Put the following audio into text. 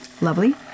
Lovely